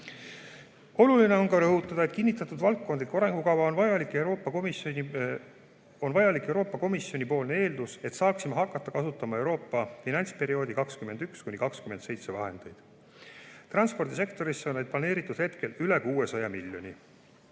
Oluline on ka rõhutada, et kinnitatud valdkondliku arengukava olemasolu on Euroopa Komisjoni kehtestatud eeldus, et saaksime hakata kasutama Euroopa finantsperioodi 2021–2027 vahendeid. Transpordisektorisse on meil planeeritud hetkel üle 600 miljoni